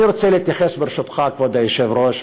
אני רוצה, ברשותך, כבוד היושב-ראש,